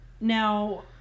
Now